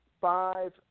five